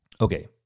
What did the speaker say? Okay